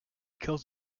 kills